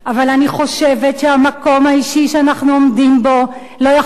אבל אני חושבת שהמקום האישי שאנחנו עומדים בו לא יכול